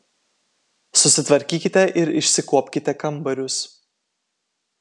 susitvarkykite ir išsikuopkite kambarius